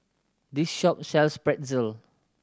this shop sells Pretzel